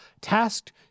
tasked